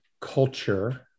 culture